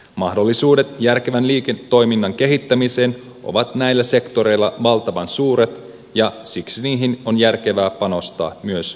mahdollisuudet järkevän liiketoiminnan kehittämiseen ovat näillä sektoreilla valtavan suuret ja siksi niihin on järkevää panostaa myös